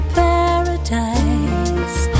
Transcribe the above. paradise